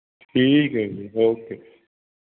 ਠੀਕ ਹੈ ਜੀ ਓਕੇ